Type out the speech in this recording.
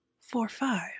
four-five